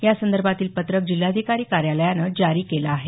यासंदर्भातील पत्रक जिल्हाधिकारी कार्यालयानं जारी केलं आहे